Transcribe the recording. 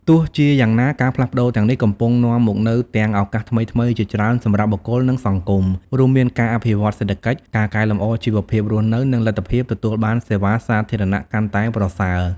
ទោះជាយ៉ាងណា ការផ្លាស់ប្ដូរទាំងនេះកំពុងនាំមកនូវទាំងឱកាសថ្មីៗជាច្រើនសម្រាប់បុគ្គល និងសង្គម រួមមានការអភិវឌ្ឍន៍សេដ្ឋកិច្ច ការកែលម្អជីវភាពរស់នៅ និងលទ្ធភាពទទួលបានសេវាសាធារណៈកាន់តែប្រសើរ។